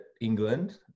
England